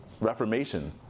reformation